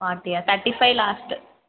ఫార్టీయా thirty five last